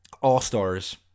All-Stars